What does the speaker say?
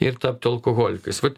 ir tapti alkoholikais vat